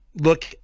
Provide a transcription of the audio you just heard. look